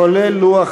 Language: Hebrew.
כולל לוח